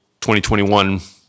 2021